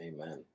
Amen